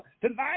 tonight